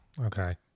Okay